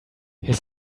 his